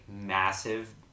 massive